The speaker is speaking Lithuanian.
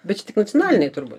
bet čia tik nacionaliniai turbūt